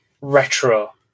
retro